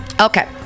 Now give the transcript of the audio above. Okay